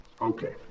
Okay